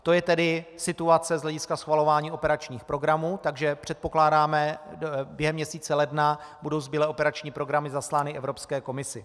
To je tedy situace z hlediska schvalování operačních programů, takže předpokládáme, že během měsíce ledna budou zbylé operační programy zaslány Evropské komisi.